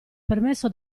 permesso